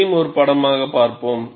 அதையும் ஒரு படமாக பார்ப்போம்